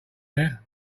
there